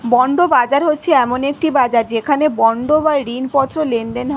bond বাজার হচ্ছে এমন একটি বাজার যেখানে বন্ড বা ঋণপত্র লেনদেন হয়